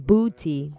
Booty